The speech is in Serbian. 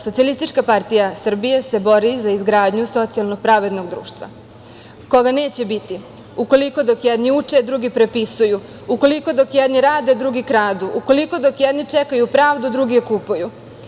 Socijalistička partija Srbije se bori za izgradnju socijalno pravednog društva, koga neće biti ukoliko dok jedni uče drugi prepisuju, ukoliko dok jedni rade drugi kradu, ukoliko dok jedni čekaju pravdu drugi je kupuju.